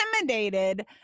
intimidated